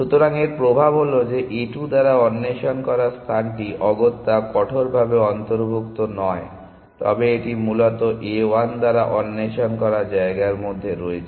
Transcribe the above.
সুতরাং এর প্রভাব হল যে a 2 দ্বারা অন্বেষণ করা স্থানটি অগত্যা কঠোরভাবে অন্তর্ভুক্ত নয় তবে এটি মূলত A 1 দ্বারা অন্বেষণ করা জায়গার মধ্যে রয়েছে